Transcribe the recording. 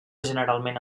generalment